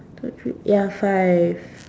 two three ya five